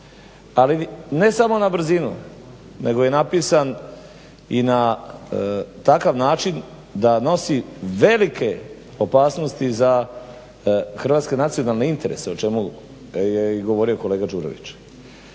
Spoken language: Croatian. ali ne samo na brzinu nego je napisan i na takav način da nosi velike opasnosti za hrvatske nacionalne interese o čemu je govorio kolega Đurović.